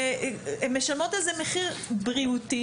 הן משלמות על זה מחיר בריאותי.